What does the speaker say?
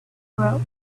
world